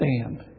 stand